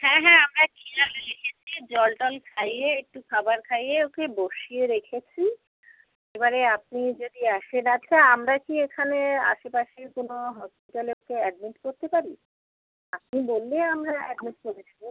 হ্যাঁ হ্যাঁ আমরা খেয়াল রেখেছি জল টল খাইয়ে একটু খাবার খাইয়ে ওকে বসিয়ে রেখেছি এবারে আপনি যদি আসেন আচ্ছা আমরা কি এখানে আশেপাশের কোনো হসপিটালে ওকে অ্যাডমিট করতে পারি আপনি বললে আমরা অ্যাডমিট করে দেবো